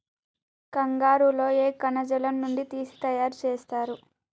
కంగారు లో ఏ కణజాలం నుండి తీసి తయారు చేస్తారు?